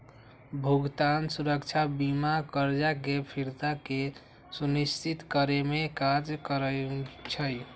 भुगतान सुरक्षा बीमा करजा के फ़िरता के सुनिश्चित करेमे काज करइ छइ